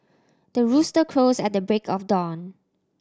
the rooster crows at the break of dawn